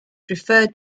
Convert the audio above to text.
referred